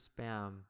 spam